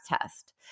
test